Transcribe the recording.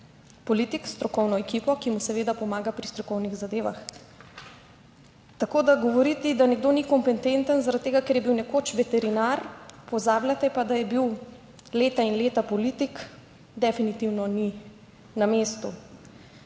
politik s strokovno ekipo, ki mu seveda pomaga pri strokovnih zadevah, tako da govoriti, da nekdo ni kompetenten zaradi tega, ker je bil nekoč veterinar, pozabljate pa, da je bil leta in leta politik, definitivno ni na mestu.